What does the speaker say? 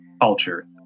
culture